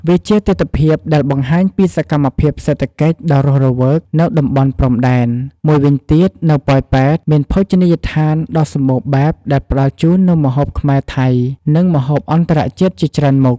វាជាទិដ្ឋភាពដែលបង្ហាញពីសកម្មភាពសេដ្ឋកិច្ចដ៏រស់រវើកនៅតំបន់ព្រំដែន មួយវិញទៀតនៅប៉ោយប៉ែត មាន ភោជនីយដ្ឋាន ដ៏សម្បូរបែបដែលផ្តល់ជូននូវម្ហូបខ្មែរ ថៃ និងម្ហូបអន្តរជាតិជាច្រើនមុខ។